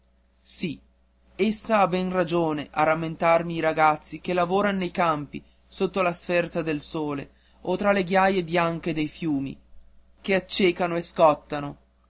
sì essa ha ben ragione a rammentarmi i ragazzi che lavoran nei campi sotto la sferza del sole o tra le ghiaie bianche dei fiumi che accecano e scottano